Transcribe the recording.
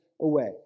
away